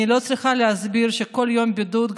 אני לא צריכה להסביר שכל יום בידוד,